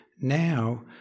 now